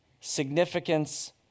significance